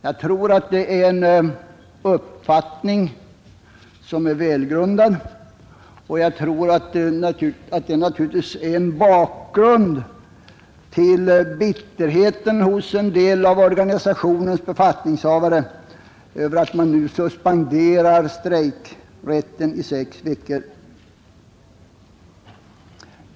Jag tror att den uppfattningen är välgrundad och att det är en bakgrund till bitterheten hos en del av organisationens befattningshavare över att strejkrätten nu suspenderas i sex veckor.